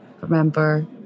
remember